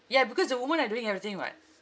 ya because the women are doing everything [what]